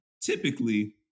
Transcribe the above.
typically